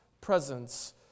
presence